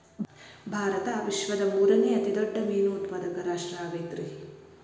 ಭಾರತ ವಿಶ್ವದ ಮೂರನೇ ಅತಿ ದೊಡ್ಡ ಮೇನು ಉತ್ಪಾದಕ ರಾಷ್ಟ್ರ ಆಗೈತ್ರಿ